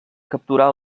capturar